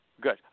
Good